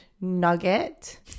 nugget